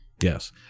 Yes